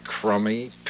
crummy